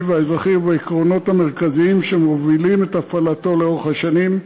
והאזרחי ובעקרונות המרכזיים שמובילים את הפעלתו לאורך השנים,